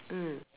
mm